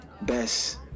best